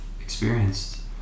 experienced